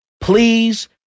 please